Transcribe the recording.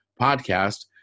podcast